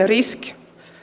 riski